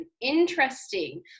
Interesting